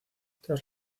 tras